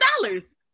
dollars